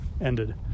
ended